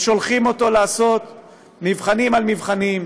שולחים אותו לעשות מבחנים על מבחנים,